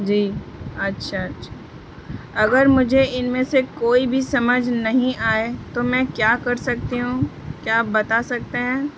جی اچھا اچھا اگر مجھے ان میں سے کوئی بھی سمجھ نہیں آئے تو میں کیا کر سکتی ہوں کیا آپ بتا سکتے ہیں